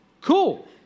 cool